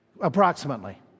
Approximately